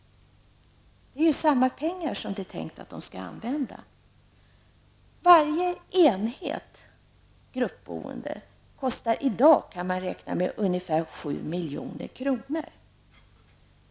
Det är ju samma pengar som man har tänkt skall användas. Varje enhet av gruppboende kostar i dag ungefär 7 milj.kr.